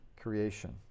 creation